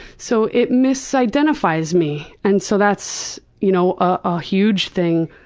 so, it misidentifies me and so that's you know a huge thing,